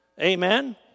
Amen